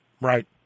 Right